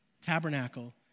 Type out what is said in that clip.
tabernacle